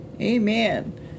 Amen